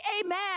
amen